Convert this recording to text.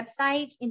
website